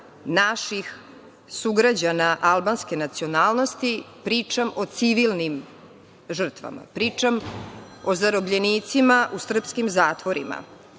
naših sugrađana albanske nacionalnosti. Pričam o civilnim žrtvama, pričam o zarobljenicima u srpskim zatvorima,